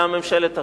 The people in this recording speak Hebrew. לממשלת אחדות?